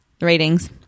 Ratings